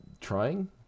trying